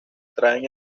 traen